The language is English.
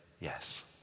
yes